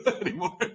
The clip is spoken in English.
anymore